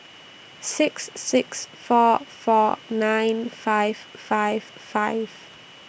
six six four four nine five five five